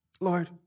Lord